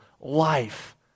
life